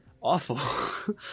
awful